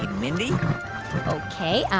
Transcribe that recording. mindy ok.